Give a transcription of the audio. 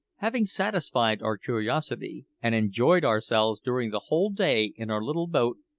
having satisfied our curiosity, and enjoyed ourselves during the whole day in our little boat,